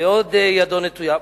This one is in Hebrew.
ועוד ידו נטויה.